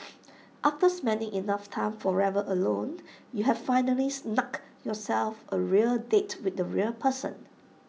after spending enough time forever alone you have finally snugged yourself A real date with the real person